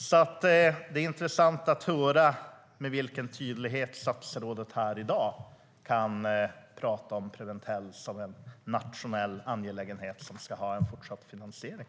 Det är alltså intressant att höra med vilken tydlighet statsrådet här i dag kan tala om Preventell som en nationell angelägenhet som ska ha fortsatt finansiering.